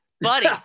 buddy